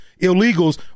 illegals